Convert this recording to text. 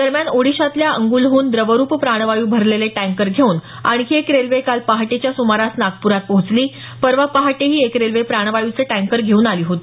दरम्यान ओडिशातल्या अंगुलहून द्रवरूप प्राणवायू भरलेले टँकर घेऊन आणखी एक रेल्वे काल पहाटेच्या सुमारास नागप्रात पोहोचली परवा पहाटेही एक रेल्वे प्राणवायूचे टँकर घेऊन आली होती